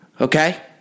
okay